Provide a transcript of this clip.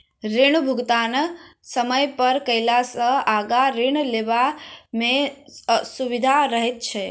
ऋण भुगतान समय पर कयला सॅ आगाँ ऋण लेबय मे सुबिधा रहैत छै